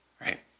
Right